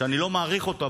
שאני לא מעריך אותו,